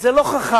זה לא חכם,